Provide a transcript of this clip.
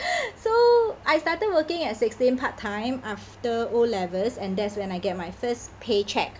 so I started working at sixteen part time after O levels and that's when I get my first pay cheque